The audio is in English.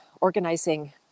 organizing